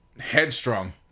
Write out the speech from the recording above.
Headstrong